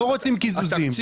לא רוצים קיזוזים.